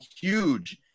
huge